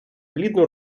плідну